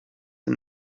and